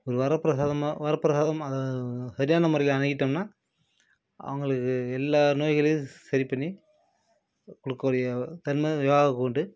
ஒரு வரப்பிரசாதமாக வரப்பிரசாதமாக சரியான முறையில்அணுகிட்டோம்னால் அவங்களுக்கு எல்லா நோய்களையும் சரி பண்ணி கொடுக்கக்கூடிய தன்மை யோகாவுக்கு உண்டு